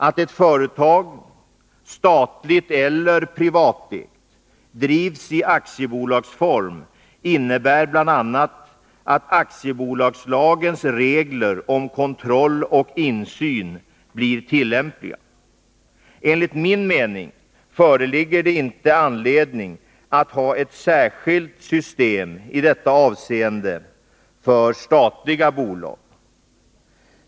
Att ett företag — statligt eller privatägt — drivs i aktiebolagsform innebär bl.a. att aktiebolagslagens regler om kontroll och insyn blir tillämpliga. Enligt min mening föreligger det inte anledning att ha ett särskilt system i detta avseende för statliga bolag.